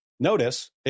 Notice